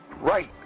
right